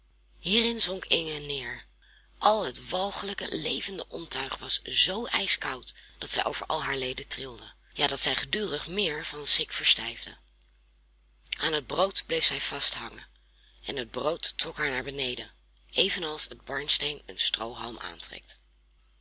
hierin zonk inge neer al het walglijke levende ontuig was zoo ijskoud dat zij over al haar leden trilde ja dat zij gedurig meer van schrik verstijfde aan het brood bleef zij vasthangen en het brood trok haar naar beneden evenals het barnsteen een stroohalm aantrekt